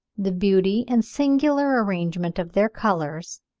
the beauty and singular arrangement of their colours,